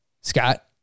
Scott